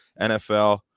NFL